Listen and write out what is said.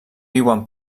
viuen